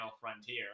frontier